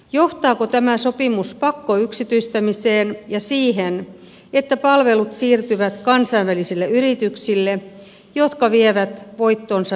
johtaako tämä sopimus pakkoyksityistämiseen ja siihen että palvelut siirtyvät kansainvälisille yrityksille jotka vievät voittonsa verokeitaisiin